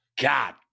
God